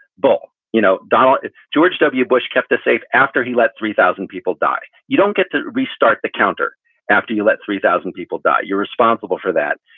bull, you know, donald, it's george w. bush kept us safe after he let three thousand people die. you don't get to restart the counter after you let three thousand people die. you're responsible for that.